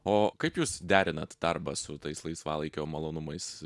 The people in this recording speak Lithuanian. o kaip jūs derinat darbą su tais laisvalaikio malonumais